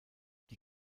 die